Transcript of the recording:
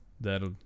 That'll